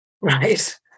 Right